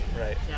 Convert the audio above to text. right